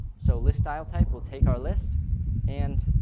so list-style-type will take our list and